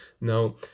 Now